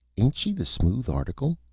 ain't she the smooth article?